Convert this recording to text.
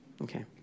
Okay